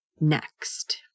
next